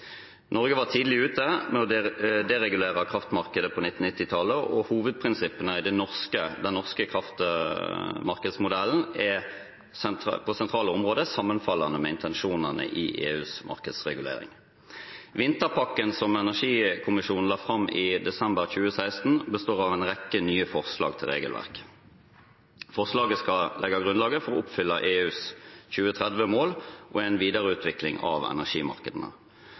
Norge var tidlig ute med å deregulere kraftmarkedet på 1990-tallet, og hovedprinsippene i den norske kraftmarkedsmodellen er på sentrale områder sammenfallende med intensjonene i EUs markedsregulering. Vinterpakken som energikommisjonen la fram i desember 2016, består av en rekke nye forslag til regelverk. Forslagene skal legge grunnlaget for å oppfylle EUs 2030-mål og en videreutvikling av energimarkedene.